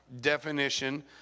definition